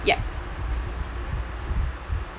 yup